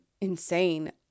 insane